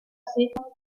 sitcom